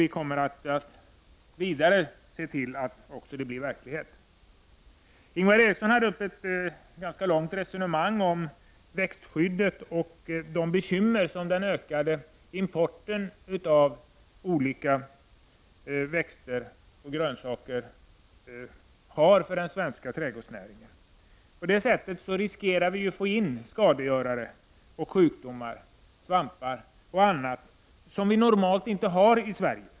Vi kommer att se till att detta också blir verklighet. Ingvar Eriksson hade ett ganska långt resonemang om växtskyddet och de bekymmer som den ökade importen av olika växter och grönsaker medför för den svenska trädgårdsnäringen. Vi riskerar att få in skadegörare och sjukdomar -- svampar och annat -- som vi normalt inte har i Sverige.